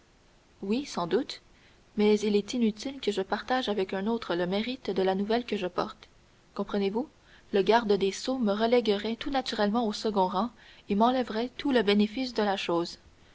oui sans doute mais il est inutile que je partage avec un autre le mérite de la nouvelle que je porte comprenez-vous le garde des sceaux me reléguerait tout naturellement au second rang et m'enlèverait tout le bénéfice de la chose